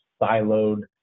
siloed